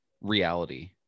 reality